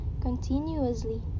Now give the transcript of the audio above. continuously